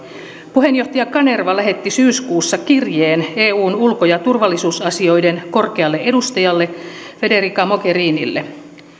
puheenjohtaja kanerva lähetti syyskuussa kirjeen eun ulko ja turvallisuusasioiden korkealle edustajalle federica mogherinille